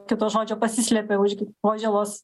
kito žodžio pasislėpė už požėlos